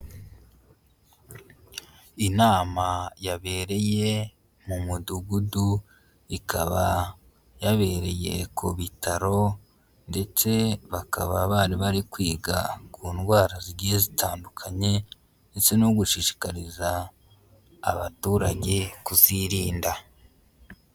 Inama yabereye mu mudugudu ikaba yabereye ku bitaro ndetse bakaba bari bari kwiga ku ndwara zigiye zitandukanye ndetse no gushishikariza abaturage kuzirinda.